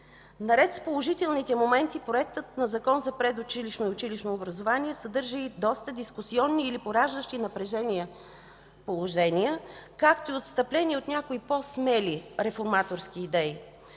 Наред с положителните моменти Законопроектът за предучилищното и училищно образование съдържа и доста дискусионни или пораждащи напрежение положения, както и отстъпление от някои по-смели реформаторски идеи.